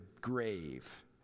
grave